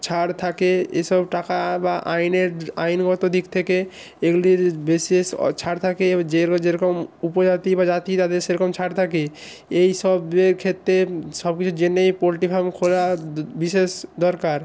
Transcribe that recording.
ছাড় থাকে এসব টাকা বা আইনের আইনগত দিক থেকে এগুলির বিশেষ আ ছাড় থাকে যেরো যেরকম উপজাতি বা জাতি তাদের সেরকম ছাড় থাকে এই সবের ক্ষেত্রে সব কিছু জেনেই পোল্ট্রি ফার্ম খোলা বিশেষ দরকার